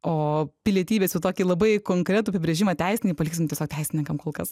o pilietybės jau tokį labai konkretų apibrėžimą teisinį paliksim tiesiog teisininkams kol kas